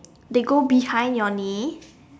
they go behind your knee